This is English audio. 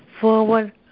forward